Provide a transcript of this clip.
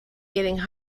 getting